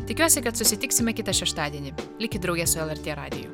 tikiuosi kad susitiksime kitą šeštadienį likit drauge su lrt radiju